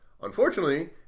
unfortunately